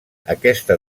aquesta